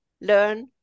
learn